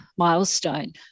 milestone